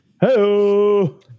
Hello